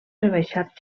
rebaixat